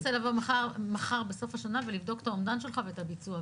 ארצה לבוא בסוף השנה ולבדוק את האומדן שלך ואת הביצוע,